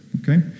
okay